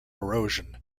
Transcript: erosion